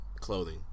clothing